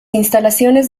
instalaciones